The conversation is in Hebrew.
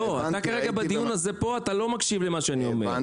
כי כרגע בדיון הזה אתה לא מקשיב למה שאני אומר.